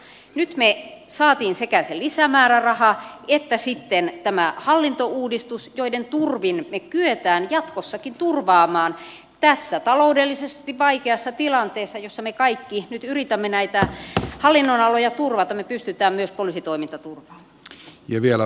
nyt me saimme sekä sen lisämäärärahan että sitten tämän hallintouudistuksen joiden turvin me kykenemme jatkossakin turvaamaan tässä taloudellisesti vaikeassa tilanteessa jossa me kaikki nyt yritämme näitä hallinnonaloja turvata myös poliisitoiminnan